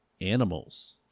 Animals